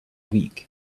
weak